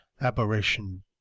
aberration